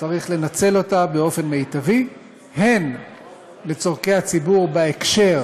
צריך לנצל אותה באופן מיטבי הן לצורכי הציבור בהקשר